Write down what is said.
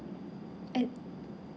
at